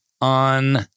on